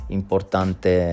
importante